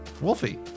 Wolfie